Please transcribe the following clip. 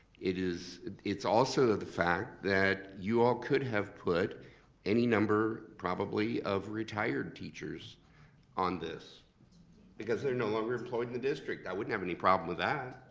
it is also the fact that you all could have put any number, probably, of retired teachers on this because they're no longer employed in the district. i wouldn't have any problem with that.